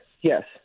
yes